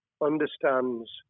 understands